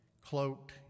cloaked